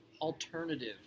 alternative